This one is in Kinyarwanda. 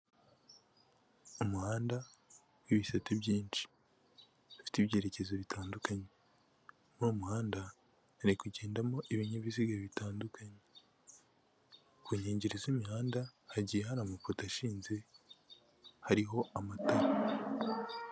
Umuhanda w'ibisate byinshifite ibyerekezo bitandukanyeumuhanda hari kugendamo ibinyabiziga bitandukanye ku nkengero z'imihanda hagiye hari amapoto ashinze hariho amatara.